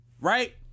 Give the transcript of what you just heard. right